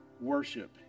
worship